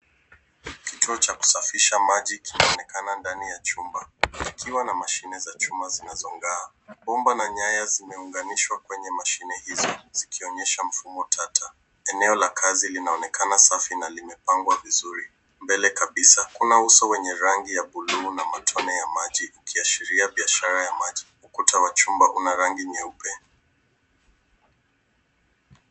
Kituo cha kusafisha maji kinaonekana ndani ya chumba kikiwa na mashine za chuma zinazong'aa. Bomba na nyaya zimeunganishwa kwenye mashine hizo zikionyesha mfumo tata. Eneo la kazi linaonekana safi na limepangwa vizuri. Mbele kabisa kuna uso wenye rangi ya bluu na matone ya maji ikiashiria biashara ya maji. Ukuta wa chumba una rangi nyeupe.